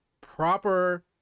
proper